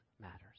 matters